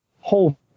whole